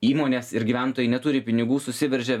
įmonės ir gyventojai neturi pinigų susiveržia